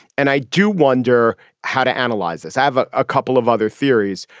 and i do wonder how to analyze this. i have a ah couple of other theories.